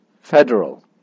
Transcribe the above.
federal